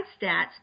stats